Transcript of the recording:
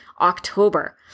October